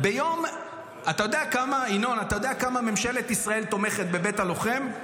אתה יודע כמה ממשלת ישראל תומכת בבית הלוחם?